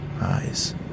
eyes